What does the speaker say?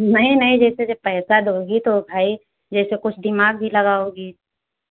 नहीं नहीं जैसे पैसा दोगी तो भाई जैसे कुछ दिमाग भी लगाओगी